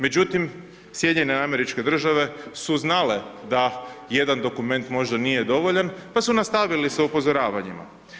Međutim SAD su znale da jedan dokument možda nije dovoljan pa su nastavili sa upozoravanjima.